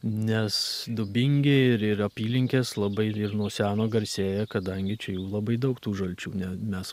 nes dubingiai ir ir apylinkės labai ir ir nuo seno garsėja kadangi čia jau labai daug tų žalčių ne mes